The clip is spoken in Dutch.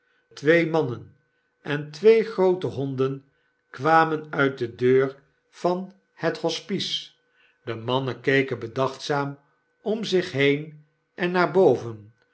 twee mannen en twee groote honden kwamen uit de deur van het hospice de mannen keken bedachtzaam om zich heen en naar boven